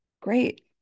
great